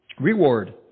Reward